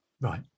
right